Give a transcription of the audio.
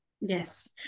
Yes